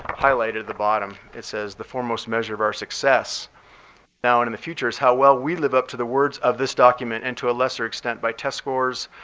highlighted at the bottom, it says the foremost measure of our success now and in the future is how well we live up to the words of this document, and to a lesser extent by test scores,